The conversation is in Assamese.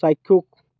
চাক্ষুষ